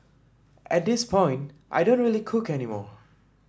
at this point I don't really cook any more